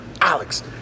Alex